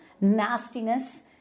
nastiness